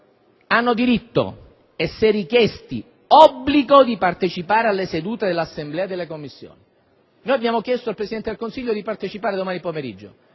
«hanno diritto e, se richiesti, obbligo di partecipare alle sedute dell'Assemblea e delle Commissioni». Abbiamo chiesto al Presidente del Consiglio di partecipare domani pomeriggio: